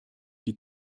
die